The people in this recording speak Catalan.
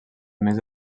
més